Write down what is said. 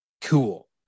Cool